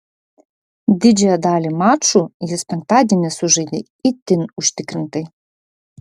didžiąją dalį mačų jis penktadienį sužaidė itin užtikrintai